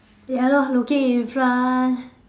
ya lor looking in front